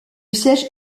siège